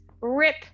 rip